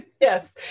Yes